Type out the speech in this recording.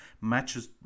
matches